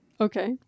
Okay